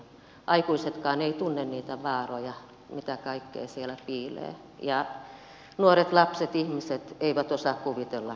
aikuisetkaan eivät tunne niitä vaaroja mitä kaikkea siellä piilee ja nuoret lapset ihmiset eivät osaa kuvitellakaan mihin vaaraan joutuvat